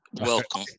Welcome